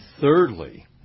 thirdly